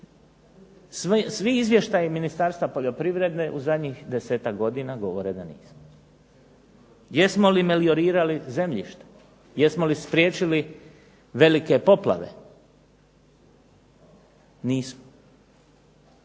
Svi izvještaji Ministarstva poljoprivrede u zadnjih 10-ak godina govore da nismo. Jesmo li meliorirali zemljište? Jesmo li spriječili velike poplave? Nismo.